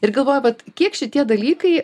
ir galvoju vat kiek šitie dalykai